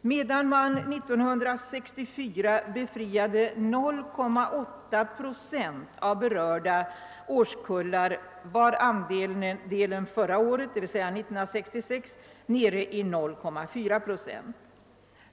Medan man 1964 befriade 0,8 procent av berörda årskullar var andelen föregående år, d. v. s. 1966, nere i 0,4 procent.